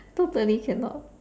totally cannot